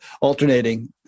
alternating